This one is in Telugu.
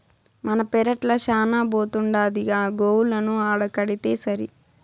మన పెరట్ల శానా బోతుండాదిగా గోవులను ఆడకడితేసరి